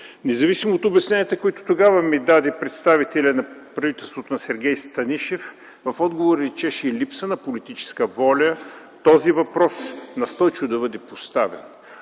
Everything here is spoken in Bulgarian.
Независимо от обясненията, които тогава ми даде представителят на правителството на Сергей Станишев, в отговора личеше и липса на политическа воля този въпрос настойчиво да бъде поставен.